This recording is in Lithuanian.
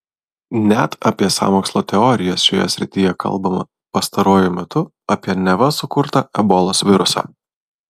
net apie sąmokslo teorijas šioje srityje kalbama pastaruoju metu apie neva sukurtą ebolos virusą